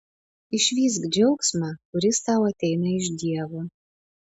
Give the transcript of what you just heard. išvysk džiaugsmą kuris tau ateina iš dievo